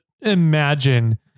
imagine